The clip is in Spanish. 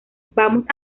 vamos